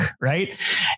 right